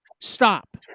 Stop